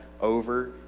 over